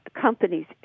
companies